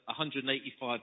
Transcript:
£185